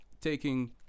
taking